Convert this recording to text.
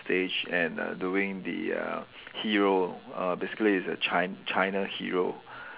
stage and uh doing the uh hero uh basically is the Chi~ China hero